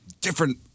different